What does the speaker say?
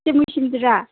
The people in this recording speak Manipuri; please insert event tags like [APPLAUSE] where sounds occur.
[UNINTELLIGIBLE]